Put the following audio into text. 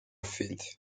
filled